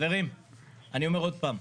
אני אומר עוד פעם,